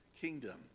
kingdom